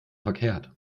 verkehrt